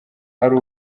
ari